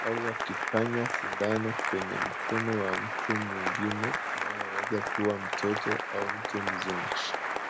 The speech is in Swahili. au akifanya sindano kwenye mkono wa mtu mwingine anayeweza kuwa mtoto au mtu mzima.